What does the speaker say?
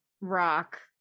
rock